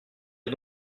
est